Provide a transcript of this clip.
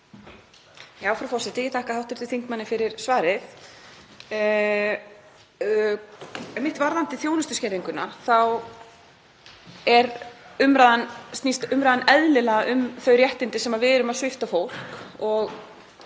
Frú forseti. Ég þakka hv. þingmanni fyrir svarið. Einmitt varðandi þjónustuskerðinguna þá snýst umræðan eðlilega um þau réttindi sem við erum að svipta fólk,